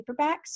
paperbacks